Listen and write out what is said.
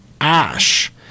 ash